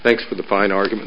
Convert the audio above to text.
thanks for the fine argument